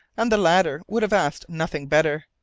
and the latter would have asked nothing better,